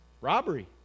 Robbery